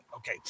Okay